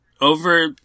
over